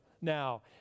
now